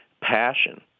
passion